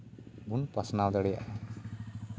ᱵᱚᱱ ᱯᱟᱥᱱᱟᱣ ᱫᱟᱲᱮᱭᱟᱜᱼᱟ